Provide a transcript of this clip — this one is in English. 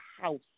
house